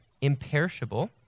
imperishable